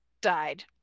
died